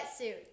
wetsuit